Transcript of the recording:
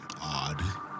odd